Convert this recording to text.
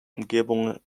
umgebung